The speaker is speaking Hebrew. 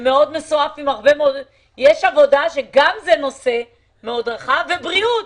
יש נושאי בעבודה שזה גם נושא רחב ואז בריאות.